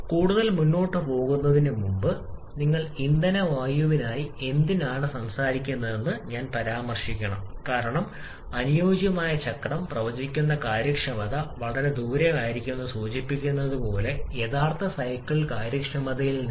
കൂടുതൽ മുന്നോട്ട് പോകുന്നതിനുമുമ്പ് നിങ്ങൾ ഇന്ധന വായുവിനായി എന്തിനാണ് സംസാരിക്കുന്നതെന്ന് ഞാൻ പരാമർശിക്കണം ചക്രം കാരണം അനുയോജ്യമായ ചക്രം പ്രവചിക്കുന്ന കാര്യക്ഷമത വളരെ ദൂരെയായിരിക്കുമെന്ന് സൂചിപ്പിച്ചതുപോലെ യഥാർത്ഥ സൈക്കിൾ കാര്യക്ഷമതയിൽ നിന്ന്